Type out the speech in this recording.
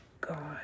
God